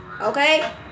Okay